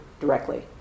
directly